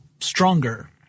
stronger